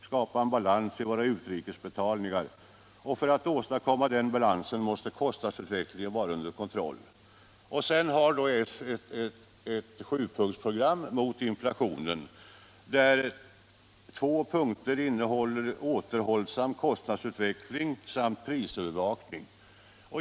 skapa en balans i våra utrikes betalningar. 49 50 För att åstadkomma den balansen måste kostnadsutvecklingen —--- vara under kontroll --=—-.” Sedan har då s i motionen ett sjupunktsprogram mot inflationen, där två av punkterna heter Återhållsam kostnadsutveckling samt Prisövervakning.